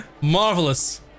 Marvelous